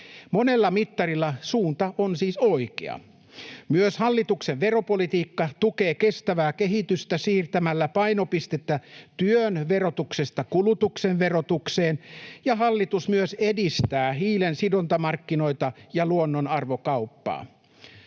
Monella mittarilla suunta on siis oikea. Myös hallituksen veropolitiikka tukee kestävää kehitystä siirtämällä painopistettä työn verotuksesta kulutuksen verotukseen, ja hallitus myös edistää hiilensidontamarkkinoita ja luonnonarvokauppaa.